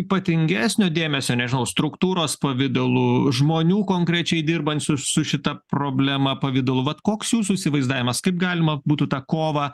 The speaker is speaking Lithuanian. ypatingesnio dėmesio nežinau struktūros pavidalu žmonių konkrečiai dirbančių su šita problema pavidalu vat koks jūsų įsivaizdavimas kaip galima būtų tą kovą